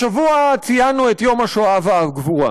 השבוע ציינו את יום השואה והגבורה.